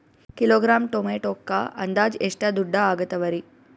Kilogram ಟೊಮೆಟೊಕ್ಕ ಅಂದಾಜ್ ಎಷ್ಟ ದುಡ್ಡ ಅಗತವರಿ?